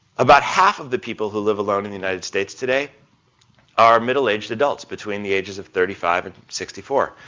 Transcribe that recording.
about half of the people who live alone in the united states today are middle aged adults between the ages of thirty five and sixty four.